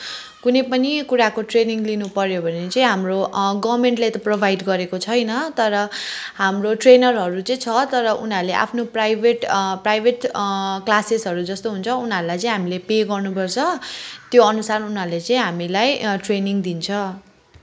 कुनै पनि कुराको ट्रेनिङ लिनुपऱ्यो भने चाहिँ हाम्रो गभर्नमेन्टले त प्रोभाइ़ड गरेको छैन हाम्रो ट्रेनरहरू चाहिँ छ तर उनीहरूले आफ्नो प्राइभेट प्राइभेट क्लासेसहरू जस्तो हुन्छ उनीहरूलाई चाहिँ हामीले पे गर्नुपर्छ त्यो अनुसार उनीहरूले चाहिँ हामीलाई ट्रेनिङ दिन्छ